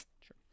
Sure